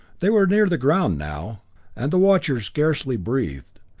they were near the ground now and the watchers scarcely breathed.